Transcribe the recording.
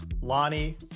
Lonnie